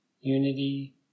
unity